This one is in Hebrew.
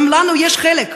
גם לנו יש חלק.